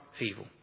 evil